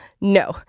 no